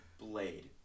Blade